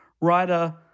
writer